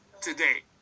today